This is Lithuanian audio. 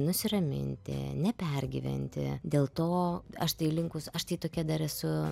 nusiraminti nepergyventi dėl to aš tai linkus aš tai tokia dar esu